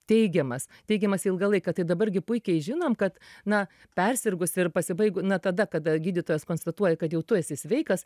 teigiamas teigiamas ilgą laiką tai dabar gi puikiai žinom kad na persirgus ir pasibaig na tada kada gydytojas konstatuoja kad jau tu esi sveikas